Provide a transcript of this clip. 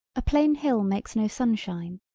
a plain hill makes no sunshine,